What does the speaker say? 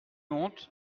honte